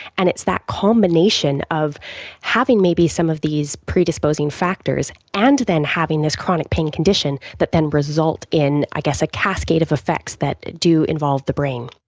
and it's that combination of having maybe some of these predisposing factors and then having this chronic pain condition that then result in i guess a cascade of effects that do involve the brain.